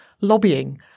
lobbying